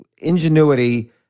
ingenuity